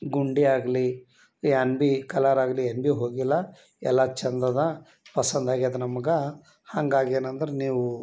ಗುಂಡಿ ಆಗಲಿ ಏನ್ ಭಿ ಕಲರ್ ಆಗಲಿ ಏನು ಭಿ ಹೋಗಿಲ್ಲ ಎಲ್ಲ ಚಂದ ಅದ ಪಸಂದ ಆಗ್ಯಾದ ನಮಗೆ ಹಂಗಾಗಿ ಏನಂದ್ರೆ ನೀವು